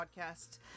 podcast